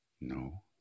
No